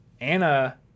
Anna